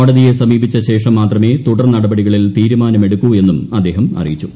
കോടതിയെ സമീപിച്ച മാത്രമേ തുടർനടപടികളിൽ ശേഷം തീരുമാനമെടുക്കൂ എന്നും അദ്ദേഹം അറിയിച്ചു